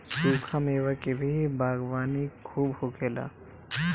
सुखा मेवा के भी बागवानी खूब होखेला